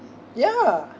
ya